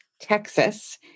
Texas